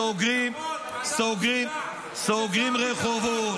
אנשים ----- סוגרים רחובות,